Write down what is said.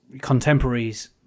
contemporaries